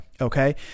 Okay